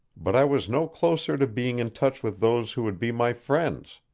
but i was no closer to being in touch with those who would be my friends